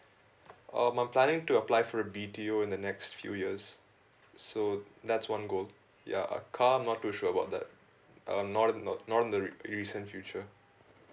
um I'm planning to apply for a B_T_O in the next few years so that's one goal ya a car not too sure about that um not not in the re~ recent future